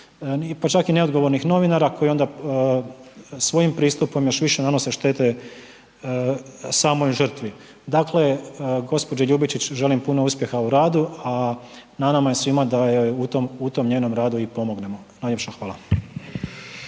pa čak i neodgovornih novinara koji onda svojim pristupom još više nanose štete samoj žrtvi. Dakle, gospođi Ljubičić želim puno uspjeha u radu, a na nama je svima da joj u tom njenom radu i pomognemo. Najljepša hvala.